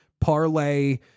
parlay